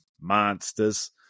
monsters